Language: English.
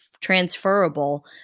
transferable